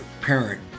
parent